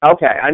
Okay